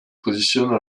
positionne